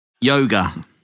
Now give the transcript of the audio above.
Yoga